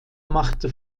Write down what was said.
machte